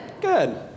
Good